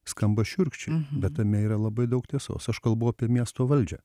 skamba šiurkščiai bet tame yra labai daug tiesos aš kalbu apie miesto valdžią